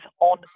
on